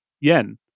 yen